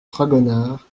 fragonard